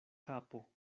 kapo